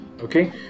Okay